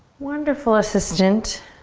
wonderful assistant,